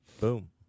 boom